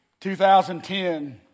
2010